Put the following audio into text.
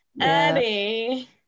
Eddie